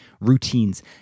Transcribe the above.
routines